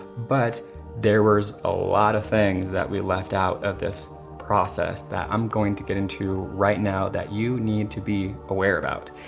but there was a lot of things that we left out of this process that i'm going to get into right now that you need to be aware about,